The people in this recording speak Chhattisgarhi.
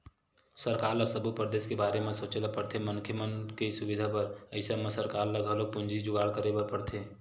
सरकार ल सब्बो परदेस के बारे म सोचे ल परथे मनखे मन के सुबिधा बर अइसन म सरकार ल घलोक पूंजी जुगाड़ करे बर परथे